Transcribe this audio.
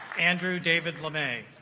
andrew david lemay